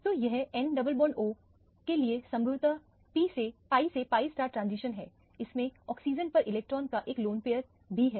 तो यह n double bond के लिए संभवत pi से pi ट्रांजिशन है इसमें ऑक्सीजन पर इलेक्ट्रॉन का एक लोन पैयर भी है